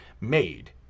made